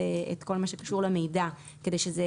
הוא גם חייב להעביר לו את כל מה שקשור למידע כדי שזה